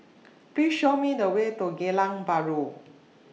Please Show Me The Way to Geylang Bahru